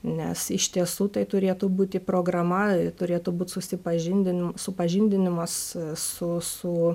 nes iš tiesų tai turėtų būti programa turėtų būt susipažindin supažindinimas su su